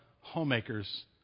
homemakers